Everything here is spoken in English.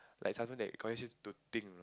like something that causes you to think